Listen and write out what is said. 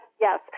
yes